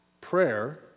prayer